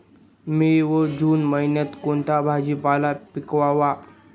मे व जून महिन्यात कोणता भाजीपाला पिकवावा?